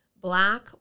black